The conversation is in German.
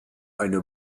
eine